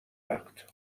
وقت